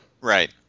right